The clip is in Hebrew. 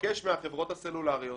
לבקש מהחברות הסלולריות